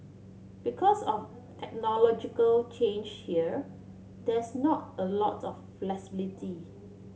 because of technological change here there's not a lot of flexibility